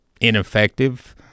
ineffective